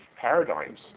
paradigms